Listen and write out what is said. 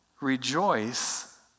Rejoice